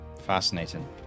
Fascinating